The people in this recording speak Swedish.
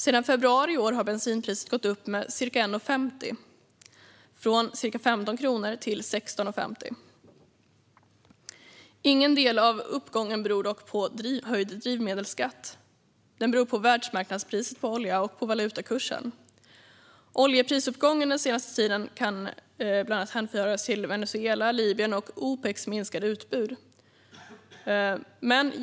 Sedan februari i år har bensinpriset gått upp med ca 1,50, från ca 15 kronor till ca 16,50. Ingen del av uppgången beror dock på höjd drivmedelsskatt, utan den beror på världsmarknadspriset på olja och på valutakursen. Oljeprisuppgången den senaste tiden kan hänföras till bland annat Venezuelas, Libyens och Opecs minskade utbud.